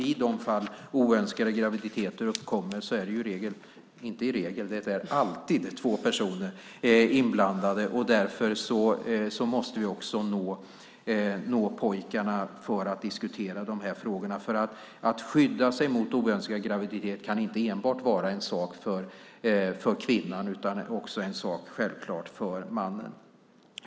I de fall oönskade graviditeter uppkommer är det alltid två personer inblandade. Därför måste vi också nå pojkarna för att diskutera de här frågorna. Att skydda sig mot oönskad graviditet kan inte enbart vara en sak för kvinnan utan är självfallet också en sak för mannen.